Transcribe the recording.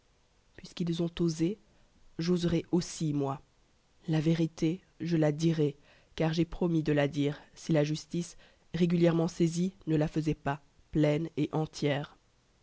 puisqu'ils ont osé j'oserai aussi moi la vérité je la dirai car j'ai promis de la dire si la justice régulièrement saisie ne la faisait pas pleine et entière